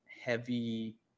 heavy